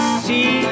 see